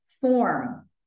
form